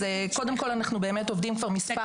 כבר כמה